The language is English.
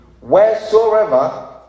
wheresoever